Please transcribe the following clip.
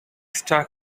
stuck